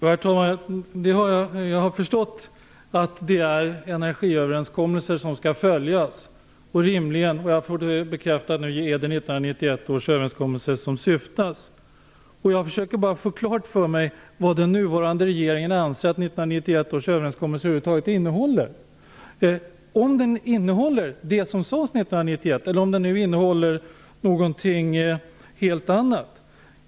Herr talman! Jag har förstått att det är energiöverenskommelser som skall följas. Jag får det nu bekräftat att det är 1991 års överenskommelse som åsyftas. Jag försöker bara få klart för mig vad den nya regeringen anser att 1991 års överenskommelse över huvud taget innehåller. Innehåller den det som sades 1991 eller innehåller den någonting helt annat?